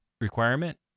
requirement